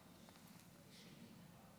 ההצעה להעביר